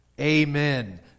Amen